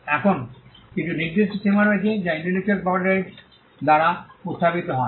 এখন কিছু নির্দিষ্ট সীমা রয়েছে যা ইন্টেলেকচুয়াল প্রপার্টি রাইটস দ্বারা উত্থাপিত হয়